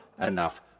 enough